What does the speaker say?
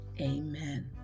Amen